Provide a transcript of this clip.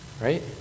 Right